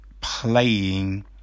playing